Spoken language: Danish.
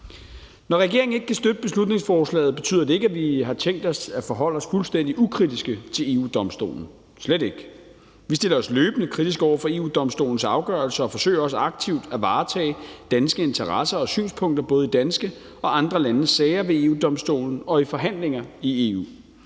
Når regeringen ikke kan støtte beslutningsforslaget, betyder det ikke, at vi har tænkt os forholde os fuldstændig ukritisk til EU-Domstolen, slet ikke. Vi stiller os løbende kritisk over for EU-Domstolens afgørelser og forsøger også aktivt at varetage danske interesser og synspunkter både i danske og andre landes sager ved EU-Domstolen og i forhandlinger i EU.